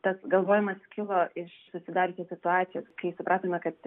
tas galvojimas kilo iš susidariusios situacijos kai supratome kad